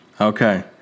Okay